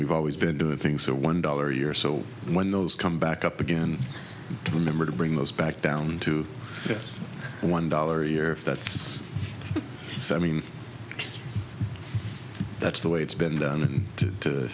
we've always been doing things for one dollar a year so when those come back up again the number to bring those back down to this one dollar a year if that's so i mean that's the way it's been done to